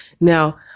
Now